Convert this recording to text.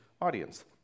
audience